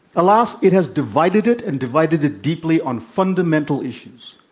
alas, it has divided it and divided it deeply on fundamental issues.